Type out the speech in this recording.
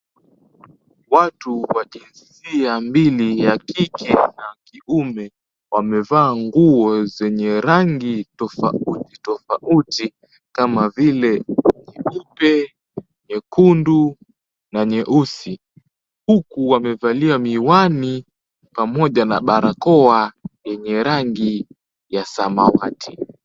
Watu wa jinsia mbili ya ya kike na kiume, wamevaa nguo zenye rangi tofauti tofauti kama vile nyeupe, nyekundu, na nyeusi. Huku wamevalia miwani pamoja na barakoa yenye rangi ya samawati.